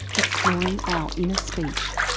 exploring our inner speech.